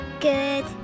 Good